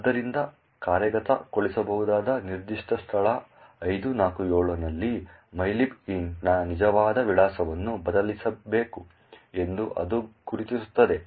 ಆದ್ದರಿಂದ ಕಾರ್ಯಗತಗೊಳಿಸಬಹುದಾದ ನಿರ್ದಿಷ್ಟ ಸ್ಥಳ 547 ನಲ್ಲಿ mylib int ನ ನಿಜವಾದ ವಿಳಾಸವನ್ನು ಬದಲಿಸಬೇಕು ಎಂದು ಅದು ಗುರುತಿಸುತ್ತದೆ